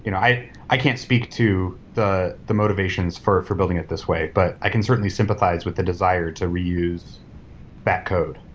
you know i i can't speak to the the motivations for for building it this way, but i can certainly sympathize with the desire to reuse that code.